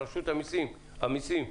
רשות המיסים,